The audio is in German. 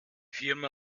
firma